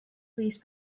plis